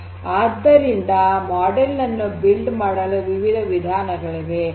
ಆದ್ದರಿಂದ ಮಾಡೆಲ್ ನನ್ನು ನಿರ್ಮಿಸುವುದು ವಿವಿಧ ವಿಧಾನಗಳಿವೆ